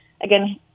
again